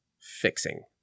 fixing